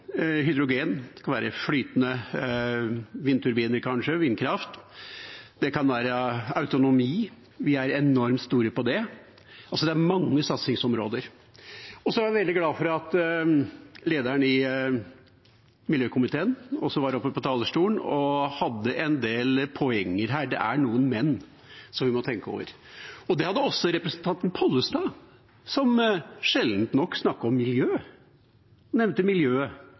hydrogen, det kan kanskje være flytende vindturbiner, vindkraft, det kan være autonomi, vi er enormt store på det. Det er mange satsingsområder. Så er jeg veldig glad for at også lederen i miljøkomiteen var oppe på talerstolen og hadde en del poenger her – det er noen men som vi må tenke over. Det hadde også representanten Pollestad, som sjelden snakker om miljø – han nevnte miljøet.